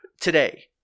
Today